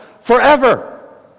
forever